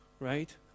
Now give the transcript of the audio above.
right